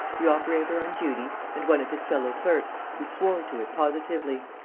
the operator on duty and one of his fellow-clerks, who swore to it positively.